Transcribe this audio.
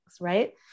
Right